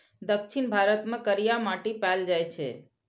दक्षिण भारत मे करिया माटि पाएल जाइ छै